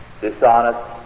dishonest